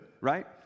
Right